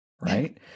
right